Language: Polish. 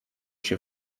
się